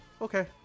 okay